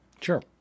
Sure